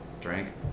Drank